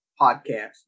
podcast